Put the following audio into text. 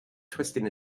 twisting